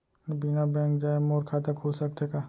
बिना बैंक जाए मोर खाता खुल सकथे का?